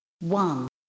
one